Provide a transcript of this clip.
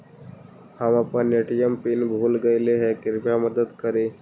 हम अपन ATM PIN भूल गईली हे, कृपया मदद करी